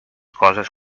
coses